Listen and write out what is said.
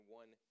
one